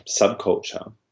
subculture